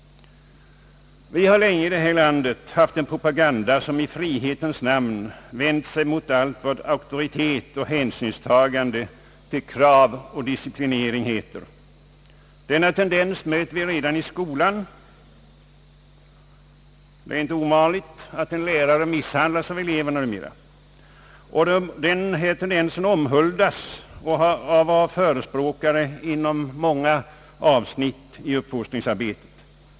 Vi har länge i vårt land haft en propaganda som i frihetens namn vänt sig mot allt vad auktoritet och hänsynstagande till krav och disciplin heter. Denna tendens möter vi redan i skolan. Det är numera inte ovanligt att en lärare misshandlas av eleverna. Denna tendens omhuldas av förespråkare inom många avsnitt av uppfostringsarbetet.